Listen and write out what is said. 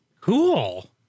Cool